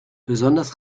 besonders